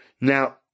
now